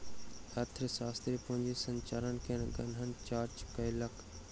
अर्थशास्त्री पूंजी संरचना के गहन जांच कयलक